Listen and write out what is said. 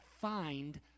find